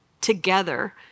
together